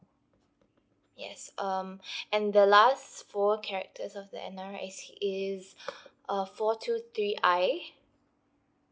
yes um and the last four characters of the N_R_I_C is uh four two three I